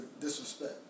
disrespect